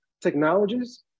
technologies